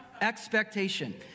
expectation